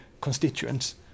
constituents